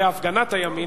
להפגנת הימין,